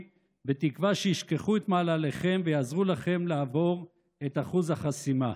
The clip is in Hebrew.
בתקווה שישכחו את מעלליכם ויעזרו לכם לעבור את אחוז החסימה.